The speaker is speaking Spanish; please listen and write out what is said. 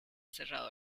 cerrado